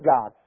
God